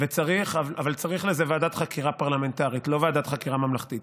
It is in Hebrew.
אבל ועדת חקירה פרלמנטרית, לא ממלכתית.